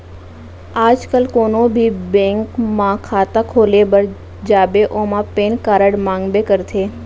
आज काल कोनों भी बेंक म खाता खोले बर जाबे ओमा पेन कारड मांगबे करथे